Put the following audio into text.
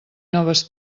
noves